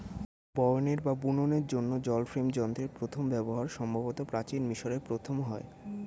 বয়নের বা বুননের জন্য জল ফ্রেম যন্ত্রের প্রথম ব্যবহার সম্ভবত প্রাচীন মিশরে প্রথম হয়